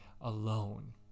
alone